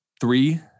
Three